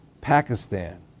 Pakistan